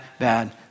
bad